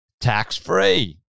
tax-free